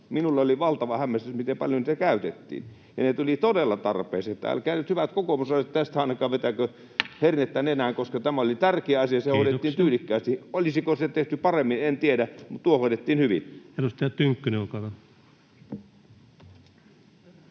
Minulle oli valtava hämmästys, miten paljon niitä käytettiin. Ne tulivat todella tarpeeseen, että älkää nyt, hyvät kokoomuslaiset, tästä ainakaan vetäkö hernettä nenään, koska tämä oli tärkeä asia ja se hoidettiin tyylikkäästi. [Puhemies: Kiitoksia!] Olisiko se voitu tehdä paremmin, en tiedä, mutta tuo hoidettiin hyvin. Edustaja Tynkkynen, olkaa hyvä.